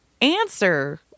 answer